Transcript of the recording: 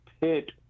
pit